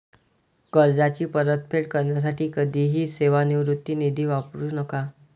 कर्जाची परतफेड करण्यासाठी कधीही सेवानिवृत्ती निधी वापरू नका